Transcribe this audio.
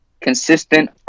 Consistent